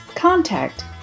Contact